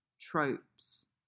tropes